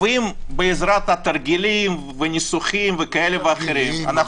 ואם בעזרת תרגילים ובעזרת ניסוחים כאלה ואחרים אנחנו